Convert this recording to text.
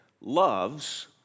loves